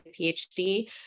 PhD